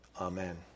Amen